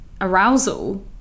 arousal